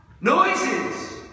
noises